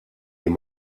jien